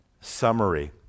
summary